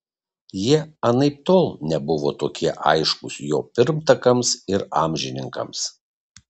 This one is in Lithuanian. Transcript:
jie anaiptol nebuvo tokie aiškūs jo pirmtakams ir amžininkams